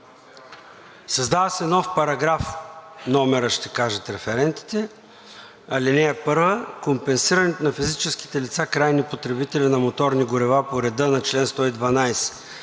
„Създава се нов параграф“ – номера ще кажат референтите: „§… (1) Компенсирането на физическите лица – крайни потребители на моторни горива по реда на чл. 112